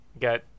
got